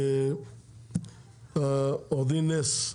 עו"ד נס,